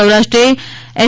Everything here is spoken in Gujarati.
સૌરાષ્ટ્રે એસ